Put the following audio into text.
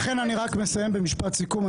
אני רק מסיים במשפט סיכום.